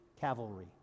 Cavalry